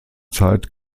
zeit